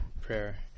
prayer